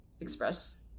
express